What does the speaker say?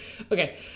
Okay